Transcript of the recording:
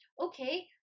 Okay